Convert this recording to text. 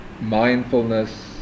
mindfulness